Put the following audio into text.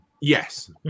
Yes